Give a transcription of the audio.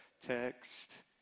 text